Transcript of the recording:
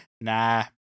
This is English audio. Nah